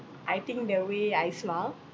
I think the way I smile